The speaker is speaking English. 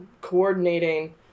coordinating